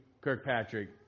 Kirkpatrick